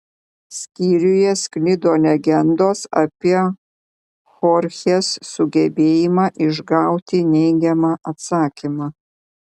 skyriuje sklido legendos apie chorchės sugebėjimą išgauti neigiamą atsakymą